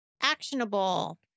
Actionable